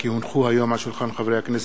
כי הונחו היום על שולחן הכנסת,